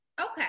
Okay